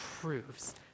proves